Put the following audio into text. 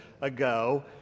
ago